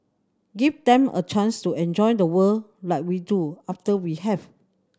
give them a chance to enjoy the world like we do after we have